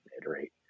iterate